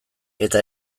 eta